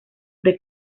the